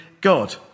god